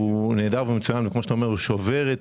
הוא נהדר ומצוין וכמו שאתה אומר הוא שובר את